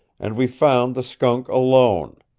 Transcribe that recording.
and we found the skunk alone.